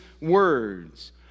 words